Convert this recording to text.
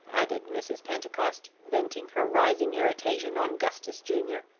added mrs. pentecost, venting her rising irritation on gustus junior.